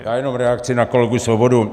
Já jenom reakci na kolegu Svobodu.